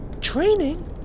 Training